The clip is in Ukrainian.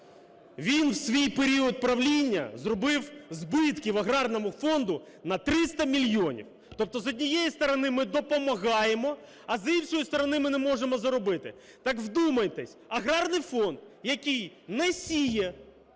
Він в свій період правління зробив збитки в Аграрному фонді на 300 мільйонів. Тобто, з однієї сторони, ми допомагаємо, а, з іншої сторони, ми не можемо заробити. Так вдумайтесь, Аграрний фонд, який не сіє,